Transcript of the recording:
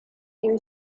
new